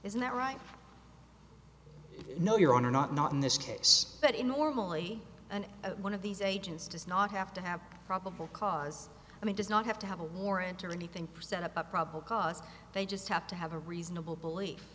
isn't that right no your honor not not in this case but in normally and one of these agents does not have to have probable cause i mean does not have to have a warrant or anything present a probable cause they just have to have a reasonable belief